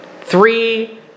Three